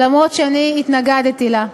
למרות שאני התנגדתי לה.